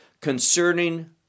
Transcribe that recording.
concerning